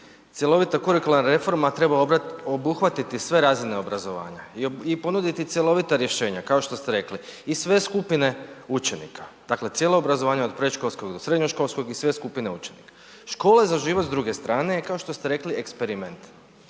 cjelovita Kurikularna reforma treba obuhvatiti sve razine obrazovanja i ponuditi cjelovita rješenja kao što ste rekli i sve skupine učenika. Dakle, cijela obrazovanja od predškolskog do srednjoškolskog i sve skupine učenika. „Škola za život“ s druge strane je kao što ste rekli eksperiment.